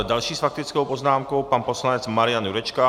Další s faktickou poznámkou pan poslanec Marian Jurečka.